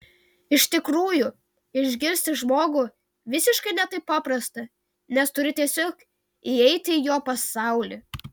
iš tikrųjų išgirsti žmogų visiškai ne taip paprasta nes turi tiesiog įeiti į jo pasaulį